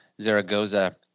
Zaragoza